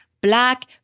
black